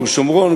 גוש שומרון,